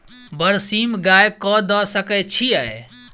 बरसीम गाय कऽ दऽ सकय छीयै?